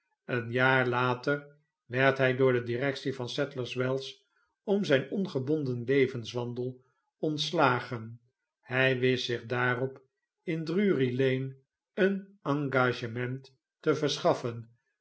een jaar later werd hij door de directie van sadlers wells om zijn ongebonden levenswandel ontslagen hij wist zich daarop in drury-lane een engagement te verschaffen